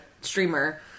streamer